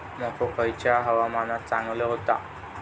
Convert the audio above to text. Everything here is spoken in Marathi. मको खयल्या हवामानात चांगलो होता?